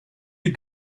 you